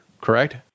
correct